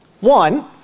One